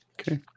Okay